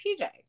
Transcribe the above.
PJ